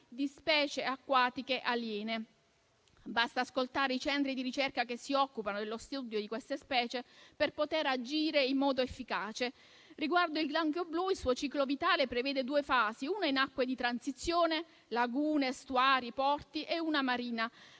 di specie acquatiche aliene. Basta ascoltare i centri di ricerca che si occupano dello studio di queste specie per poter agire in modo efficace. Per quanto riguarda il granchio blu, il suo ciclo vitale prevede due fasi: una in acque di transizione (lagune, estuari, porti) e una marina.